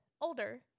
Older